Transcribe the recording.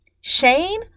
Shane